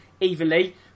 evenly